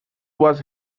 was